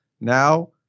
now